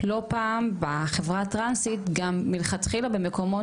לא פעם בחברה הטרנסית גם מלכתחילה במקומות